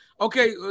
Okay